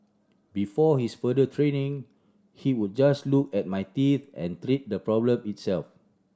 before his further training he would just look at my teeth and treat the problem itself